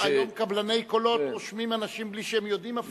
היום קבלני קולות רושמים אנשים בלי שהם יודעים אפילו.